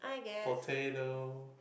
potato